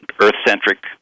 Earth-centric